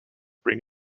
bring